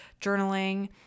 journaling